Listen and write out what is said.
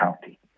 county